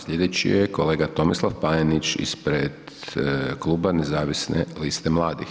Sljedeći je kolega Tomislav Panenić ispred Kluba Nezavisne liste mladih.